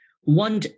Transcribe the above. One